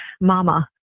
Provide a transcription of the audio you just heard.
mama